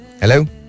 Hello